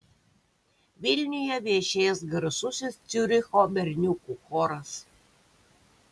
vilniuje viešės garsusis ciuricho berniukų choras